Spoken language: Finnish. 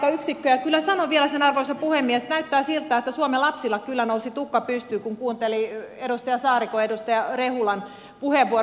kyllä sanon sen vielä arvoisa puhemies että näyttää siltä että suomen lapsilla kyllä nousi tukka pystyyn kun kuunteli edustaja saarikon ja edustaja rehulan puheenvuoroja